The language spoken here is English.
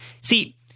See